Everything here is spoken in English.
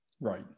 Right